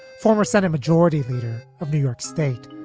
former senate majority leader of new york state,